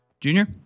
Junior